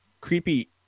creepy